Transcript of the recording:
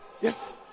Yes